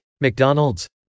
McDonald's